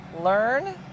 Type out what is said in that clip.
learn